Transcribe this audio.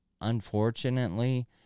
unfortunately